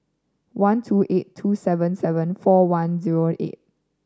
one two eight two seven seven four one zero eight